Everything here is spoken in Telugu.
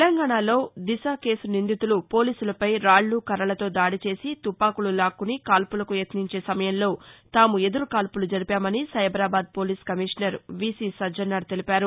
తెలంగాణలో దిశ కేసు నిందితులు పోలీసులపై రాళ్లు కురలతో దాది చేసి తుపాకులు లాక్కుని కాల్పులకు యత్నించే సమయంలో తాము ఎదురుకాల్పులు జరిపామని Cyberabad police commissioner VC Sajjanar తెలిపారు